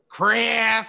Chris